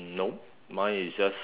mm no mine is just